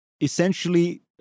essentially